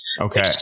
Okay